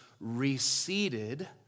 receded